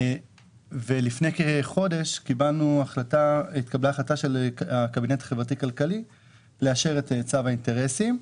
לפני כחודש התקבלה החלטה של הקבינט החברתי-כלכלי לאשר את צו האינטרסים.